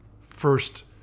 first